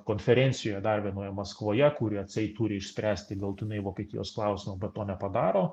konferencijoje dar vienoje maskvoje kuri atseit turi išspręsti galutinai vokietijos klausimą bet to nepadaro